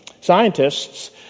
scientists